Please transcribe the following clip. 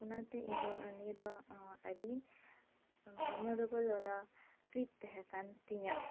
ᱚᱱᱟᱛᱮ ᱤᱧ ᱫᱚ ᱱᱤᱭᱟᱹ ᱫᱚ ᱟᱹᱰᱤ ᱢᱮᱢᱚᱨᱮᱵᱚᱞ ᱵᱟᱞᱟ ᱴᱨᱤᱯ ᱛᱟᱦᱮᱸ ᱠᱟᱱ ᱛᱤᱧᱟ